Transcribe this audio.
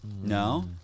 No